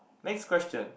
next question